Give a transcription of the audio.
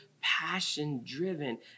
passion-driven